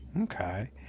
Okay